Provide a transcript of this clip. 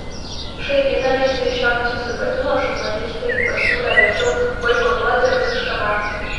šaipydamiesi iš šio nesusipratimo žurnalistai pasiūlė verčiau boikotuoti rusišką naftą